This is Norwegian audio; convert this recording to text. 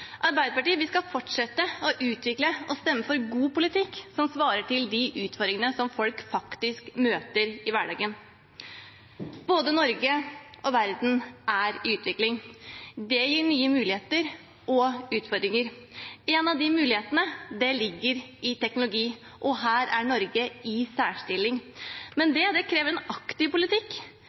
de utfordringene som folk faktisk møter i hverdagen. Både Norge og verden er i utvikling, og det gir nye muligheter og utfordringer. En av de mulighetene ligger i teknologi, og her er Norge i særstilling. Men det krever en aktiv politikk,